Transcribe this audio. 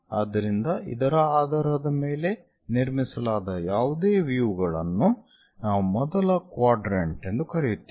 ಆದ್ದರಿಂದ ಇದರ ಆಧಾರದ ಮೇಲೆ ನಿರ್ಮಿಸಲಾದ ಯಾವುದೇ ವ್ಯೂ ಗಳನ್ನು ನಾವು ಮೊದಲ ಕ್ವಾಡ್ರೆಂಟ್ ಎಂದು ಕರೆಯುತ್ತೇವೆ